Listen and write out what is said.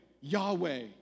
Yahweh